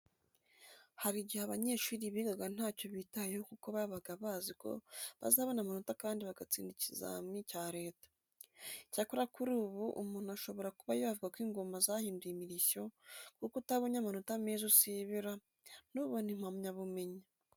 Hari igihe abanyeshuri bigaga nta cyo bitayeho kuko babaga bazi ko bazabona amanota kandi bagatsinda ikizami cya leta. Icyakora kuri ubu umuntu ashobora kuba yavuga ko ingoma zahinduye imirishyo kuko utabonye amanota meza usibira, ntubone impamyabumenyi.